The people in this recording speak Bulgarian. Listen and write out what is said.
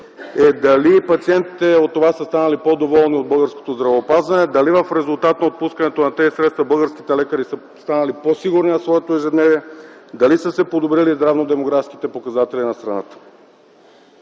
е дали пациентите от това са станали по-доволни от българското здравеопазване, дали в резултат на отпускането на тези средства българските лекари са станали по-сигурни в своето ежедневие, дали са се подобрили здравно-демографските показатели на страната.